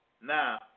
Now